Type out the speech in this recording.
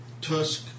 Tusk